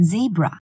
Zebra